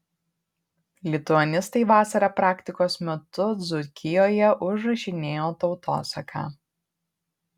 lituanistai vasarą praktikos metu dzūkijoje užrašinėjo tautosaką